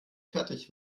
fertig